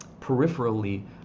peripherally